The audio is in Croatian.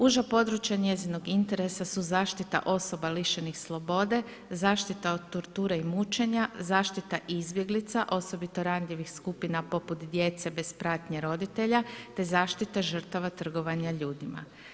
Uža područja njezinog interesa su zaštita osoba lišenih slobode, zaštita od torture i mučenja, zaštita izbjeglica, osobito ranjivih skupina poput djece bez pratnje roditelja te zaštita žrtava trgovanja ljudima.